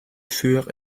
furent